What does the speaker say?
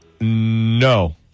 no